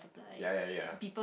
ya ya ya